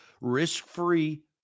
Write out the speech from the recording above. risk-free